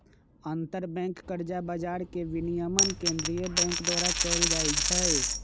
अंतरबैंक कर्जा बजार के विनियमन केंद्रीय बैंक द्वारा कएल जाइ छइ